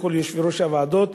לכל יושבי-ראש הוועדות,